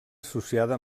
associada